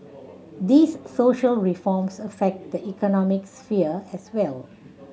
these social reforms affect the economic sphere as well